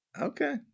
Okay